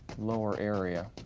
lower area.